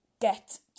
get